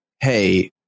Hey